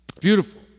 Beautiful